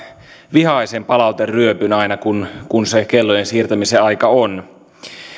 vihaisen palauteryöpyn aina kun kun se kellojen siirtämisen aika on